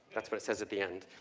that's what it says at the end.